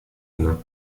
inne